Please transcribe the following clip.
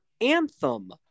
anthem